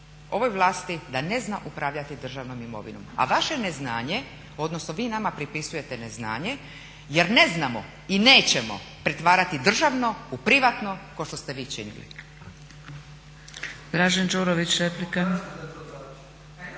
ovoj vlasti da ne zna upravljati državnom imovinom, a vaše neznanje, odnosno vi nama pripisujete neznanje jer ne znamo i nećemo pretvarati državno u privatno kao što ste vi činili.